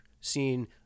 seen